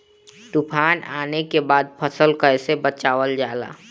तुफान आने के बाद फसल कैसे बचावल जाला?